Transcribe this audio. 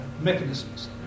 mechanisms